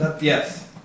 Yes